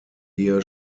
ehe